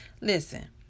listen